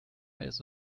ist